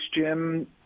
Jim